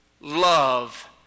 love